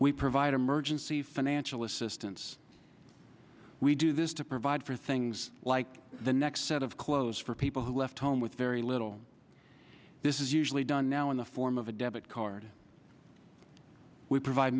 we provide emergency financial assistance we do this to provide for things like the next set of clothes for people who left home with very little this is usually done now in the form of a debit card we provide